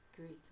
Greek